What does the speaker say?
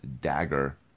Dagger